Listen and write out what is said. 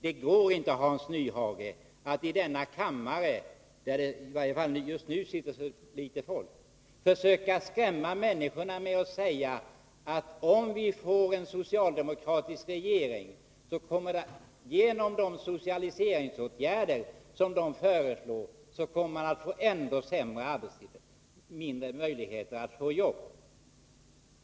Det går inte, Hans Nyhage, att i denna kammare — där det i varje fall just nu sitter så litet folk — försöka skrämma människorna med att säga att om vi får en socialdemokratisk regering, kommer det genom de socialiseringsåtgärder som socialdemokraterna föreslår att bli ännu svårare att få jobb.